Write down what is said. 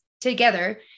together